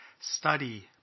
study